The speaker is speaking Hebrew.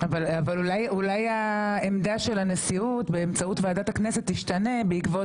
אולי העמדה של הנשיאות באמצעות ועדת הכנסת תשתנה בעקבות